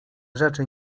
rzeczy